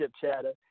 chatter